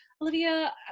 Olivia